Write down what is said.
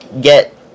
get